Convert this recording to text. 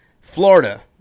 Florida